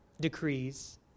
decrees